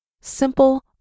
simple